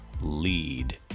lead